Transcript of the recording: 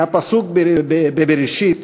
מהפסוק בבראשית